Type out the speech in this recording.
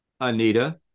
Anita